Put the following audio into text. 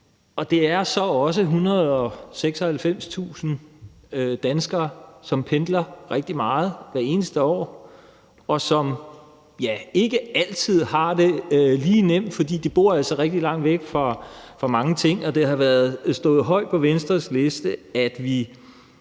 det er så også 196.000 danskere, som pendler rigtig meget hvert eneste år, og som ikke altid har det lige nemt, fordi de altså bor rigtig langt væk fra mange ting. Det har stået højt på Venstres liste, at vi